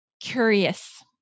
curious